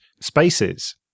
Spaces